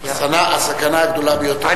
הסכנה הגדולה ביותר היא,